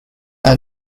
and